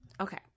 Okay